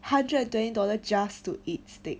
hundred twenty dollar just to eat steak